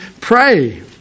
pray